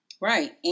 Right